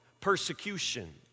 persecution